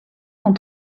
sont